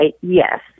yes